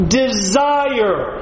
desire